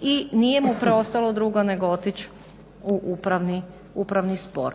i nije mu preostalo drugo nego otić u upravni spor.